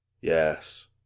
Yes